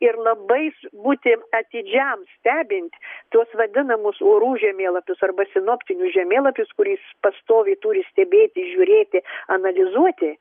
ir labais būti atidžiam stebint tuos vadinamus orų žemėlapius arba sinoptinius žemėlapius kuriais pastoviai turi stebėti žiūrėti analizuoti